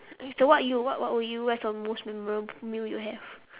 so what you what what would you what's your most memorable meal you have